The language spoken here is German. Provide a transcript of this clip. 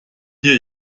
hier